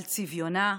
על צביונה,